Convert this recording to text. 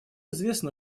известно